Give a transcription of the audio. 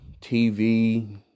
TV